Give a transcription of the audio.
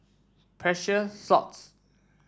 Precious Thots